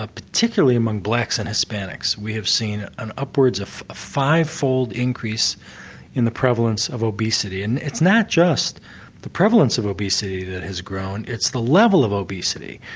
ah particularly among blacks and hispanics, we have seen upwards of a five-fold increase in the prevalence of obesity. and it's not just the prevalence of obesity that has grown, it's the level of obesity.